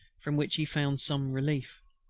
from which he found some relief.